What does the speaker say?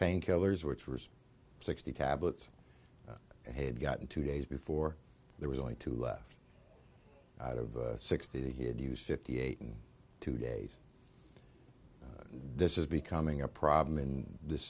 painkillers which was sixty tablets and he had gotten two days before there was only two left out of sixty he had used fifty eight and two days this is becoming a problem in this